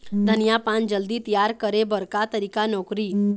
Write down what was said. धनिया पान जल्दी तियार करे बर का तरीका नोकरी?